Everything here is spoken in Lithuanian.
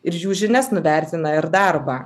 ir jų žinias nuvertina ir darbą